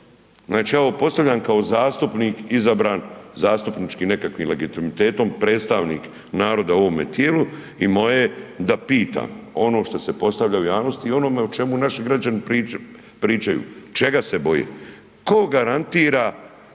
Znači ja ovo postavljam kao zastupnik izabran zastupničkim nekakvim legitimitetom, predstavnik naroda u ovome tijelu i moje je da pitam ono što se postavlja u javnosti i ono o čemu naši građani pričaju. Čega se boje? Tko garantira